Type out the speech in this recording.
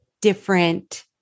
different